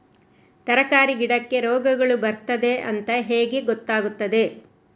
ತರಕಾರಿ ಗಿಡಕ್ಕೆ ರೋಗಗಳು ಬರ್ತದೆ ಅಂತ ಹೇಗೆ ಗೊತ್ತಾಗುತ್ತದೆ?